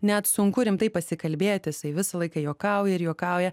net sunku rimtai pasikalbėti jisai visą laiką juokauja ir juokauja